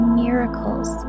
miracles